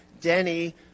Denny